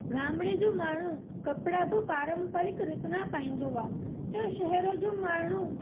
गामिड़े जो माण्हू कपिड़ा बि पारम्परिक रीति ना पाईंदो आहे त शहर जो माण्हू